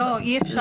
לא, אי-אפשר.